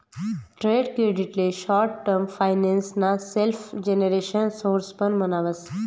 trade credit ले short term finance ना self generation source पण म्हणावस